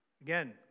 Again